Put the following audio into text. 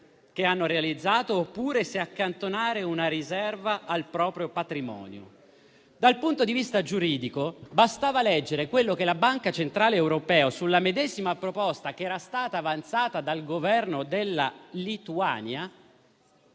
che hanno realizzato, oppure se accantonare una riserva al proprio patrimonio. Dal punto di vista giuridico, bastava leggere quello che la Banca centrale europea, sulla medesima proposta che era stata avanzata dal Governo della Lituania,